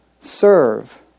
Serve